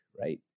right